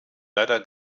leider